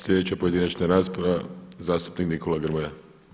Slijedeća pojedinačna rasprava zastupnik Nikola Grmoja.